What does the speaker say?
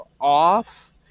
off